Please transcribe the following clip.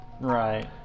Right